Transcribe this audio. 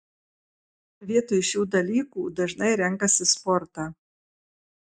vietoj šių dalykų dažnai renkasi sportą